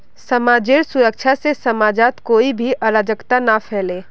समाजेर सुरक्षा से समाजत कोई भी अराजकता ना फैले